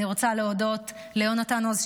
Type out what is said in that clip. אני רוצה להודות ליונתן עוז,